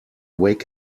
wake